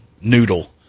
noodle